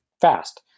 fast